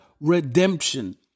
redemption